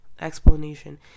explanation